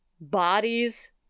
bodies